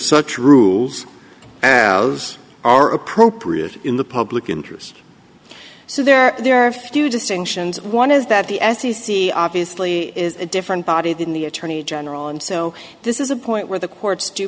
such rules as are appropriate in the public interest so there there are a few distinctions one is that the f c c obviously is a different body than the attorney general and so this is a point where the courts due